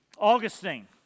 Augustine